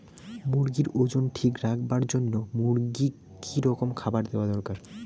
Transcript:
মুরগির ওজন ঠিক রাখবার জইন্যে মূর্গিক কি রকম খাবার দেওয়া দরকার?